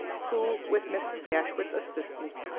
who, with mrs. dashwood's assistance,